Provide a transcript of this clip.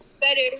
better